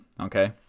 Okay